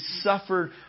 suffered